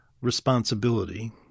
responsibility